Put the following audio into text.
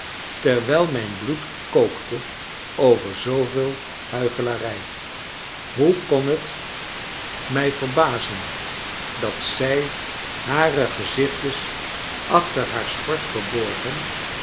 terwijl mijn bloed kookte over zooveel huichelarij hoe kon het mij verbazen dat zij hare gezichtjes ac liter haar schort verborgen